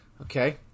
Okay